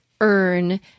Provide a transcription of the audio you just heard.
earn